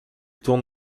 tourne